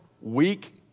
weak